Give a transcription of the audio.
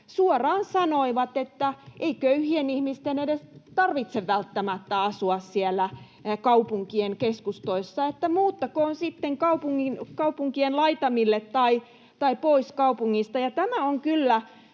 suoraan sanoivat, että ei köyhien ihmisten edes tarvitse välttämättä asua kaupunkien keskustoissa, että muuttakoon sitten kaupunkien laitamille tai pois kaupungista.